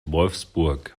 wolfsburg